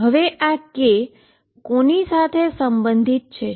હવે આ K કોની સાથે સંબંધિત છે